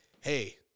Hey